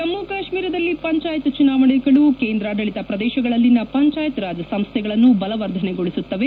ಜಮ್ನು ಕಾಶ್ಮೀರದಲ್ಲಿ ಪಂಚಾಯತ್ ಚುನಾವಣೆಗಳು ಕೇಂದ್ರಾಡಳಿತ ಪ್ರದೇಶಗಳಲ್ಲಿನ ಪಂಚಾಯತ್ ರಾಜ್ ಸಂಸ್ಟೆಗಳನ್ನು ಬಲವರ್ಧನೆಗೊಳಿಸುತ್ತವೆ